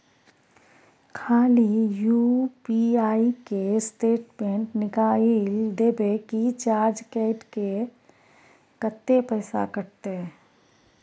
खाली यु.पी.आई के स्टेटमेंट निकाइल देबे की चार्ज कैट के, कत्ते पैसा कटते?